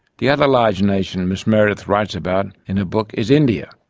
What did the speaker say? the other large nation miss meredith writes about in her book is india.